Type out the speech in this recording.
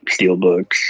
steelbooks